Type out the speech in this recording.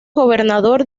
gobernador